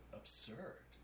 absurd